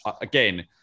again